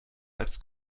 als